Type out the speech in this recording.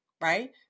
right